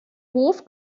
hof